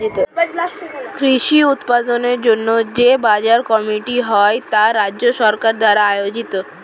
কৃষি উৎপাদনের জন্য যে বাজার কমিটি হয় তা রাজ্য সরকার দ্বারা আয়োজিত